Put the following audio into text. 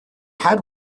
had